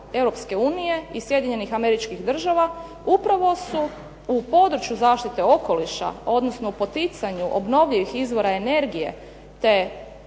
Europske unije i Sjedinjenih Američkih Država upravo su u području zaštite okoliša, odnosno poticanju obnovljivih izvora energije te